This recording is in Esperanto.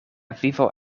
vivo